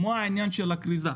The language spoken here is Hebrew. כמו עניין הכריזה.